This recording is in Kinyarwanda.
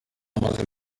amaze